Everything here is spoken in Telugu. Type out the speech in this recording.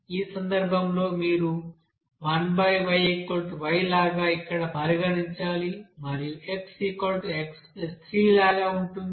ఈ సందర్భంలో మీరు 1yY లాగా ఇక్కడ పరిగణించాలి మరియు Xx3 లాగా ఉంటుంది